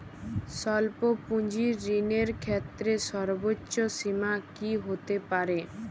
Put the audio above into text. স্বল্প পুঁজির ঋণের ক্ষেত্রে সর্ব্বোচ্চ সীমা কী হতে পারে?